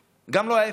הבדואים, גם לא ההפך.